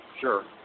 Sure